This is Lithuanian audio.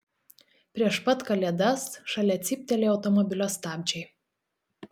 prieš pat kalėdas šalia cyptelėjo automobilio stabdžiai